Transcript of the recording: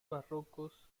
barrocos